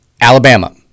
Alabama